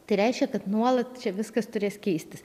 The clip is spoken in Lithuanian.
tai reiškia kad nuolat čia viskas turės keistis